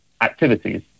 activities